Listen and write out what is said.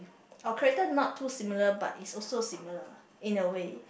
our character not too similar but is also similar in a way